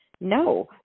no